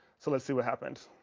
so let's see what happens